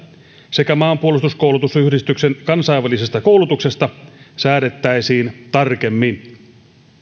sekä maanpuolustuskoulutusyhdistyksen kansainvälisestä koulutuksesta säädettäisiin tarkemmin